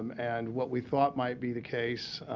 um and what we thought might be the case,